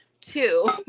Two